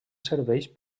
serveix